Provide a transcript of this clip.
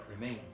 remain